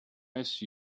ice